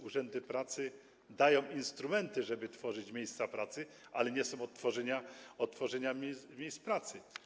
Urzędy pracy dają instrumenty, żeby tworzyć miejsca pracy, ale nie są od tworzenia miejsc pracy.